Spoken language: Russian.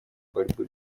борьбы